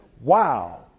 wow